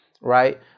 right